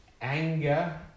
Anger